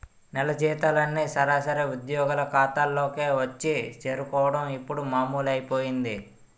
నెల జీతాలన్నీ సరాసరి ఉద్యోగుల ఖాతాల్లోకే వచ్చి చేరుకోవడం ఇప్పుడు మామూలైపోయింది